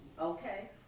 okay